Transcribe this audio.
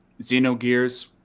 xenogears